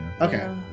Okay